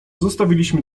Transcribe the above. zostawiliśmy